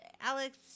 Alex